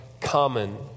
common